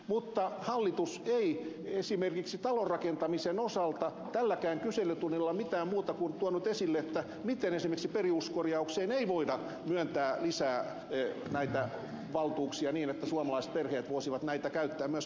mutta hallitus ei esimerkiksi talonrakentamisen osalta tälläkään kyselytunnilla mitään muuta tuonut esille kuin sen miten esimerkiksi peruskorjaukseen ei voida myöntää lisää avustuksia niin että suomalaisperheet voisivat näitä käyttää myös kerrostaloissa